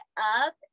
up